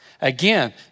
again